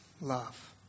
love